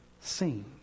seen